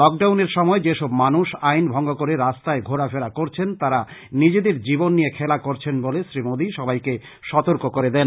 lock ডাউনের সময় যেসব মানুষ আইন ভঙ্গ করে রাস্তায় ঘোরা ফেরা করছেন তারা নিজেদের জীবন নিয়ে খেলা করছেন বলে শ্রী মোদী সবাইকে সতর্ক করে দেন